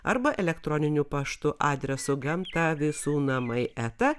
arba elektroniniu paštu adresu gamta visu namai eta